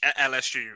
LSU